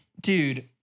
dude